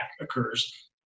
occurs